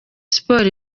sport